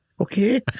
Okay